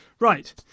Right